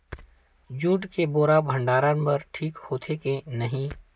Jute के बोरा भंडारण बर ठीक होथे के नहीं?